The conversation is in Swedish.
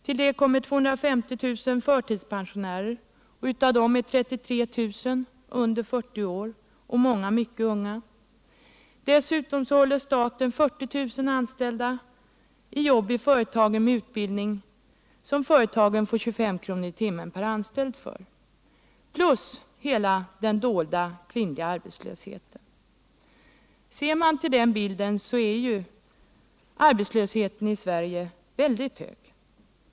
Till det kommer 250 000 förtidspensionärer. Av dem är 33 000 under 40 år och många mycket unga. Dessutom håller staten 40 000 anställda i jobb i företagen med utbildning som företagen får 25 kr. i timmen per anställd för. Härtill kommer hela den dolda kvinnliga arbetslösheten. Ser man hela denna bild så är ju arbetslösheten i Sverige mycket hög.